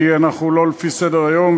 כי אנחנו לא לפי סדר-היום,